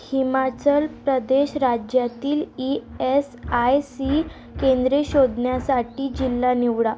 हिमाचल प्रदेश राज्यातील E S I C केंद्रे शोधण्यासाठी जिल्हा निवडा